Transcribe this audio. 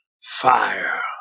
fire